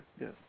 yes